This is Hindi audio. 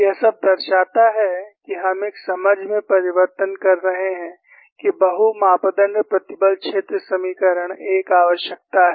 यह सब दर्शाता है कि हम एक समझ में परिवर्तित कर रहे हैं कि बहु मापदण्ड प्रतिबल क्षेत्र समीकरण एक आवश्यकता है